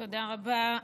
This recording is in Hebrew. תודה רבה.